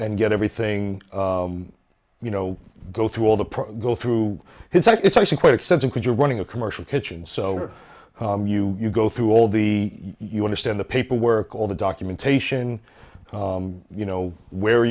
and get everything you know go through all the pro go through his act it's actually quite extensive could you're running a commercial kitchen so are you you go through all the you understand the paperwork all the documentation you know where